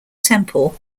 temple